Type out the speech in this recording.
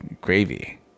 Gravy